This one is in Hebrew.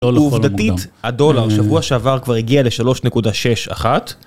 עובדתית הדולר שבוע שעבר כבר הגיע לשלוש נקודה שש אחת